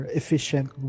efficient